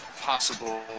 possible